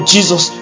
Jesus